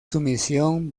sumisión